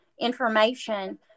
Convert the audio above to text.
information